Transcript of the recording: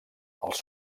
els